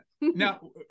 Now